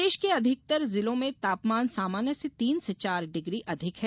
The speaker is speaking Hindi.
प्रदेश के अधिकतर जिलों में तापमान सामान्य से तीन से चार डिग्री अधिक है